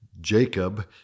Jacob